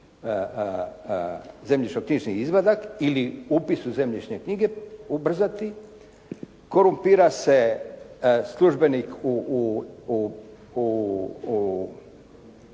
zemljišno knjižni izvadak ili upis u zemljišne knjige ubrzati, korumpira se službenik u